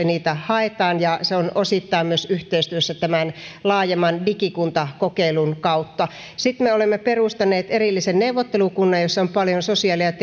niitä haetaan ja se on osittain myös yhteistyössä tämän laajemman digikuntakokeilun kanssa sitten olemme perustaneet erillisen neuvottelukunnan jossa on paljon sosiaali ja